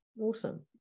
awesome